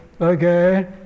okay